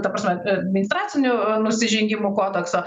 ta prasme administracinių nusižengimų kodekso